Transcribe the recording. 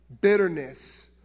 bitterness